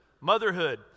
Motherhood